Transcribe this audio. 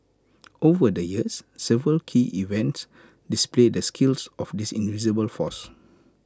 over the years several key events displayed the skills of this invisible force